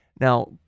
Now